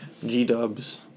G-dubs